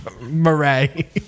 Murray